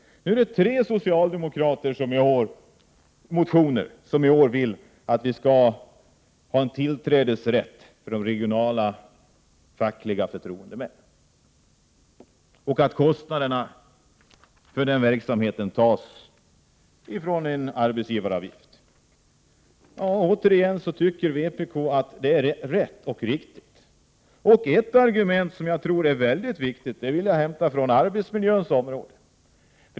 I år finns det tre motioner där socialdemokrater föreslår att de regionala fackliga förtroendemännen skall ha tillträdesrätt och att kostnaderna för den verksamheten skall betalas genom en arbetsgivaravgift. Vpk tycker återigen att det är rätt och riktigt. Ett argument som jag tror är mycket viktigt är hämtat från arbetsmiljöns område.